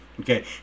Okay